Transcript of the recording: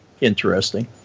interesting